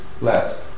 left